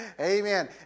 Amen